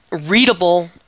readable